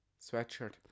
Sweatshirt